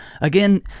Again